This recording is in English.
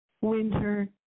winter